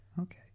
okay